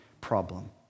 problem